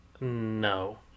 no